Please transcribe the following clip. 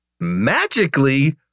magically